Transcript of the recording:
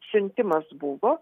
siuntimas buvo